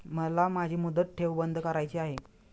मला माझी मुदत ठेव बंद करायची आहे